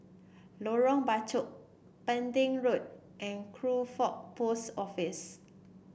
Lorong Bachok Pending Road and Crawford Post Office